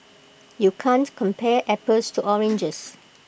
you can't compare apples to oranges